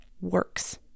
works